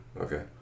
Okay